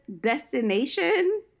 destination